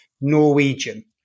Norwegian